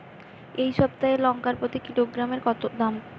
এই সপ্তাহের লঙ্কার প্রতি কিলোগ্রামে দাম কত?